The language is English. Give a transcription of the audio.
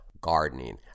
gardening